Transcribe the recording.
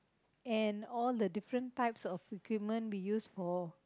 and all the different types of equipment we use for